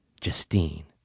Justine